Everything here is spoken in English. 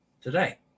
today